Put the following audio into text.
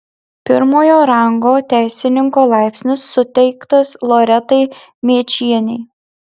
pirmojo rango teisininko laipsnis suteiktas loretai mėčienei